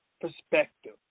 perspective